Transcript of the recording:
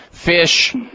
Fish